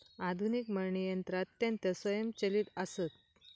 आधुनिक मळणी यंत्रा अत्यंत स्वयंचलित आसत